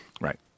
Right